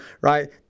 right